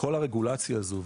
כל הרגולציה הזו,